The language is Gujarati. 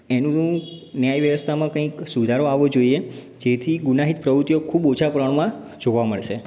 એનું ન્યાય વ્યવસ્થામાં કંઈક સુધારો આવવો જોઈએ જેથી ગુનાહિત પ્રવૃત્તિઓ ખૂબ ઓછા પ્રમાણમાં જોવા મળશે